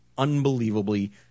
unbelievably